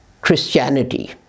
Christianity